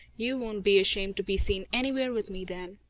you won't be ashamed to be seen anywhere with me then.